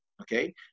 okay